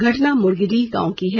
घटना मुर्गीडीह गांव की है